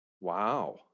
Wow